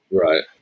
Right